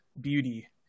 beauty